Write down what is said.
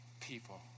people